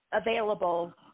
available